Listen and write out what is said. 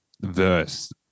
verse